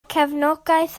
cefnogaeth